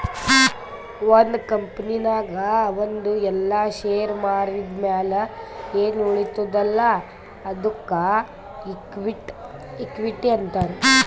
ಒಂದ್ ಕಂಪನಿನಾಗ್ ಅವಂದು ಎಲ್ಲಾ ಶೇರ್ ಮಾರಿದ್ ಮ್ಯಾಲ ಎನ್ ಉಳಿತ್ತುದ್ ಅಲ್ಲಾ ಅದ್ದುಕ ಇಕ್ವಿಟಿ ಅಂತಾರ್